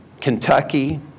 Kentucky